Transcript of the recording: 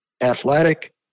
Athletic